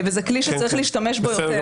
זה כלי שצריך להשתמש בו יותר.